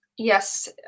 Yes